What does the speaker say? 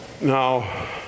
Now